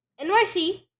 NYC